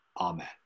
Amen